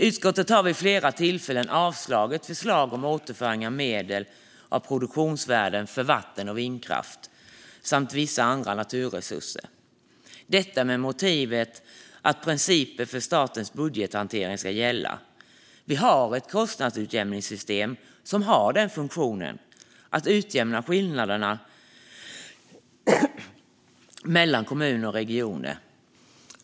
Utskottet har vid flera tillfällen avslagit förslag om återföring av medel och produktionsvärden från vatten och vindkraft, samt vissa andra naturresurser, detta med motivet att principer för statens budgethantering ska gälla. Vi har ett kostnadsutjämningssystem som har funktionen att utjämna skillnaderna mellan kommuner och regioner.